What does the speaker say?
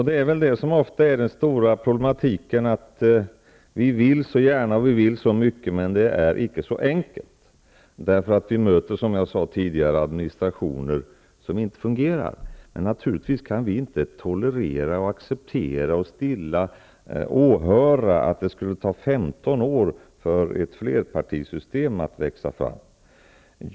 Det här är ofta det stora problemet, nämligen att vi vill så gärna och så mycket. Men det är icke så enkelt. Vi möter administrationer som inte fungerar. Naturligtvis kan vi inte tolerera, acceptera och stilla åhöra att det skulle ta 15 år för ett flerpartisystem att växa fram.